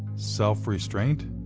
self-restraint?